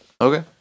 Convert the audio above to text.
Okay